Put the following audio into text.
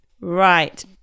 Right